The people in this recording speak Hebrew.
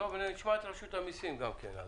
נשמע את רשות המיסים על זה.